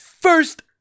first